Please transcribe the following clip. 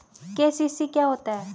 KCC क्या होता है?